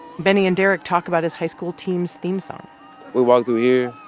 benny and derek talk about his high school team's theme song we'd walk through here.